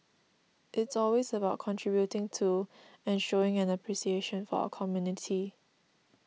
it's always about contributing to and showing an appreciation for our community